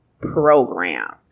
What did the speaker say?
program